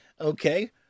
okay